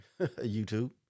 YouTube